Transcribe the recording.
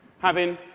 having,